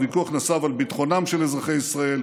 הוויכוח נסב על ביטחונם של אזרחי ישראל,